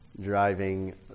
driving